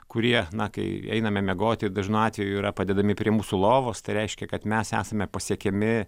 kurie na kai einame miegoti dažnu atveju yra padedami prie mūsų lovos tai reiškia kad mes esame pasiekiami